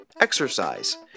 exercise